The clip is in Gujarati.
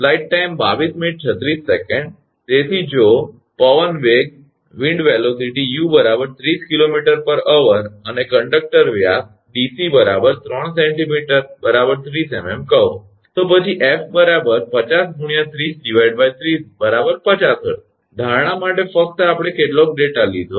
તેથી જો પવન વેગ 𝑢 30 𝐾𝑚 ℎ𝑟 અને કંટકટર વ્યાસ 𝑑𝑐 3 𝑐𝑚 30 𝑚𝑚 કહો તો પછી 𝑓 50 × 30 30 50 𝐻𝑧 ધારણા માટે ફક્ત આપણે કેટલોક ડેટા લીધો